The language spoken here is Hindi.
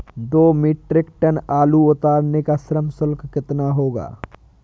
दो मीट्रिक टन आलू उतारने का श्रम शुल्क कितना होगा?